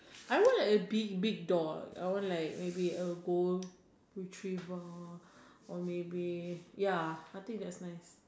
I want a big big dog I want like maybe like a gold retriever or maybe ya I think that's nice